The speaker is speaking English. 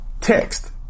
text